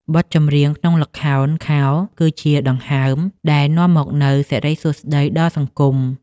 បទចម្រៀងក្នុងល្ខោនខោលគឺជាដង្ហើមដែលនាំមកនូវសិរីសួស្ដីដល់សង្គម។